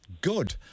Good